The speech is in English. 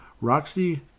Roxy